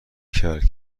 کرد